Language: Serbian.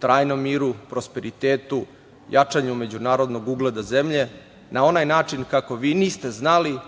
trajnom miru, prosperitetu, jačanju međunarodnog ugleda zemlje na onaj način kako vi niste znali,